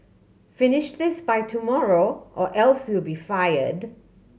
finish this by tomorrow or else you'll be fired